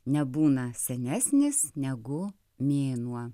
nebūna senesnis negu mėnuo